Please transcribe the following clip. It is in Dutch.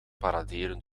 paraderen